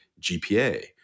GPA